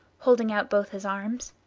holding out both his arms.